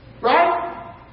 right